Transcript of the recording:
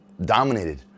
dominated